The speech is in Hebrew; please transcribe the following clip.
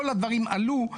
כל הדברים עלו,